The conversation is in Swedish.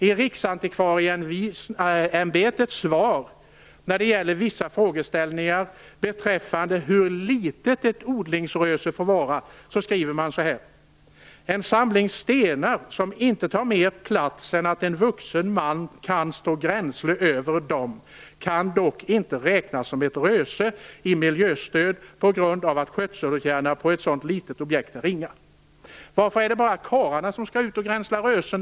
I Riksantikvarieämbetets svar på vissa frågor beträffande hur litet ett odlingsröse får vara skriver man så här: "En samling stenar som inte tar mer plats än att en vuxen man kan stå gränsle över dem kan dock inte räknas som ett röse i miljöstödet p g a att skötselåtgärder på ett sådant litet objekt är ringa."